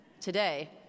today